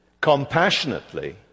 compassionately